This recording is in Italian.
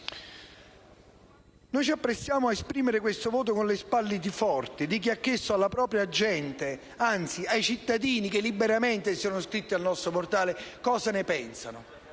Noi ci apprestiamo a esprimere questo voto con le spalle forti, di chi ha chiesto alla propria gente, anzi ai cittadini che liberamente si sono iscritti al nostro portale, cosa ne pensano.